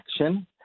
action